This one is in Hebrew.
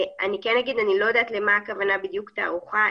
אני אגיד שאני לא יודעת מה הכוונה בדיוק בתערוכה,